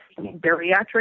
bariatric